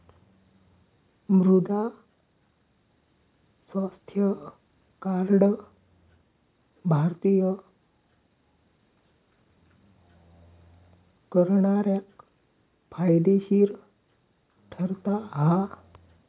मृदा स्वास्थ्य कार्ड भारतीय करणाऱ्याक फायदेशीर ठरता हा